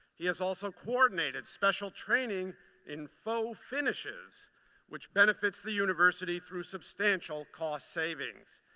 he has also coordinated special training in faux finishes which benefits the university through substantial cost savings.